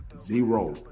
Zero